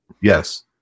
Yes